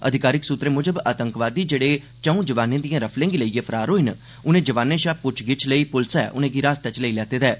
अधिकारिक सुत्तरें मुजब आतंकवादी जेहड़े चौं जवानें दिएं रफलें गी लेड़यै फरार होए न उनें जवानें शा प्च्छ गिच्छ लेई प्लसै उनें' गी हिरासत च लेई लैते दा ऐ